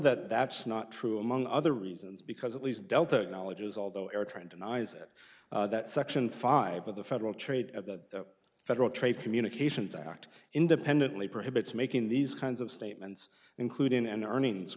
that that's not true among other reasons because at least delta knowledge is although air tran denies it that section five of the federal trade at the federal trade communications act independently prohibits making these kinds of statements including an earnings